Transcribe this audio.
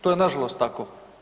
To je nažalost tako.